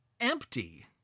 empty